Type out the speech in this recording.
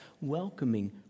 welcoming